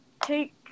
take